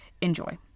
enjoy